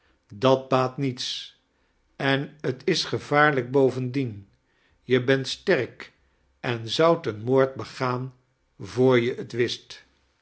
dat baat naets en t is gevaarlijk bovendien je bent sterk en zoudt een moord begaan voor je t wist